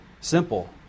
simple